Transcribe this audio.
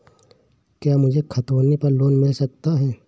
क्या मुझे खतौनी पर लोन मिल सकता है?